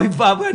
אוי ואבוי,